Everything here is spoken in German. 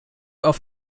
auf